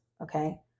okay